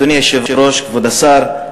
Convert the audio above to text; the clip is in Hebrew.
אדוני היושב-ראש, כבוד השר,